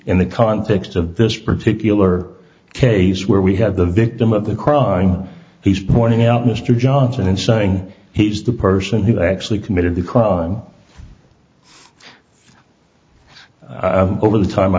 in the context of this particular case where we have the victim of the car and he's pointing out mr johnson and saying he's the person who actually committed the crime over the time i